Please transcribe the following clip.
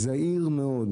זהיר מאוד,